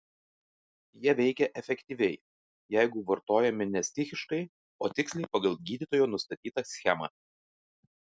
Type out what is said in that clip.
jie veikia efektyviai jeigu vartojami ne stichiškai o tiksliai pagal gydytojo nustatytą schemą